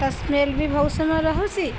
ତା ସ୍ମେଲ୍ ବି ବହୁତ ସମୟ ରହୁଛି